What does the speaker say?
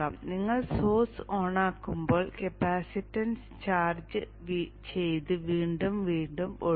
നിങ്ങൾ സോഴ്സ് ഓണാക്കുമ്പോൾ capacitance charge ചെയ്ത് വീണ്ടും വീണ്ടും ഒഴുകും